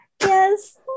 Yes